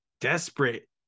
desperate